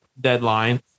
deadline